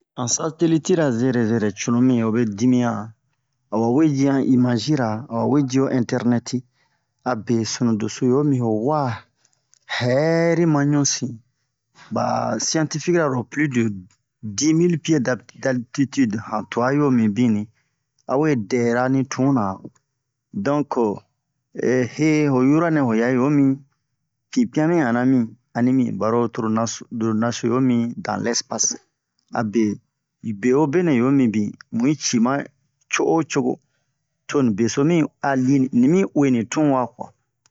Han satelitira zɛrɛ zɛrɛ cunu mi ho be dimiyan a wa we ji han imazira a wa we ji ho intɛrnɛti a be sunu doso ho mi ho wa hɛri ma ɲusin ba siantifikira ro pli de dimil pie dab daltitide han twa yo mibini a we dɛra ni tun na donk he ho yura nɛ wa yan yo mi pipian mi ana mi ani mi baro toro naso loro naso yo mi dan lɛspas abe ni bewobe nɛ yo mibin mu'i ci ma co'o co'o to ni beso mi a li ni mi uwe ni tun wa kwa